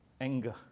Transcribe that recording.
anger